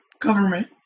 government